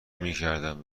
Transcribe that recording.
میکردم